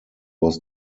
was